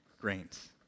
grains